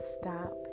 stop